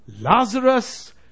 Lazarus